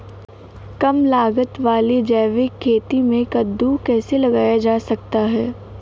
कम लागत वाली जैविक खेती में कद्दू कैसे लगाया जा सकता है?